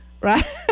right